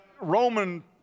Roman